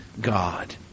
God